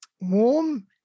warm